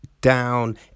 down